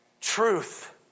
truth